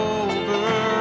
over